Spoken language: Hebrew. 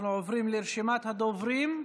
אנחנו עוברים לרשימת הדוברים.